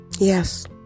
Yes